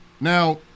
Now